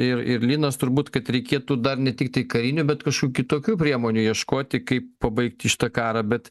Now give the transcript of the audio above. ir ir linas turbūt kad reikėtų dar ne tiktai karinių bet kažkokių kitokių priemonių ieškoti kaip pabaigti šitą karą bet